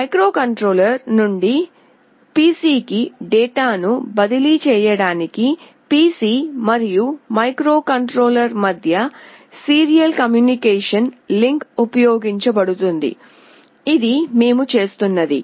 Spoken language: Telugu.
మైక్రోకంట్రోలర్ నుండి పిసికి డేటాను బదిలీ చేయడానికి పిసి మరియు మైక్రోకంట్రోలర్ మధ్య సీరియల్ కమ్యూనికేషన్ లింక్ ఉపయోగించబడుతుంది ఇది మేము చేస్తున్నది